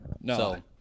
no